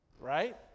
right